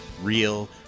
Real